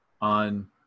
on